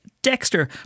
Dexter